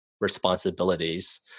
responsibilities